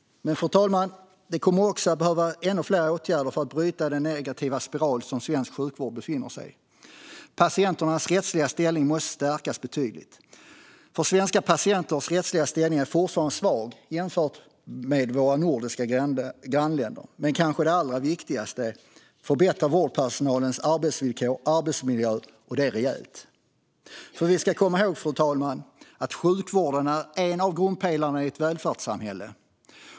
Fru talman! Det kommer att behövas ännu fler åtgärder för att bryta den negativa spiral som svensk sjukvård befinner sig i. Patienternas rättsliga ställning måste stärkas betydligt, för svenska patienters rättsliga ställning är fortfarande svag jämfört med i våra nordiska grannländer. Men det kanske allra viktigaste är att förbättra vårdpersonalens arbetsvillkor och arbetsmiljö och det rejält. Vi ska komma ihåg, fru talman, att sjukvården är en av grundpelarna i ett välfärdssamhälle.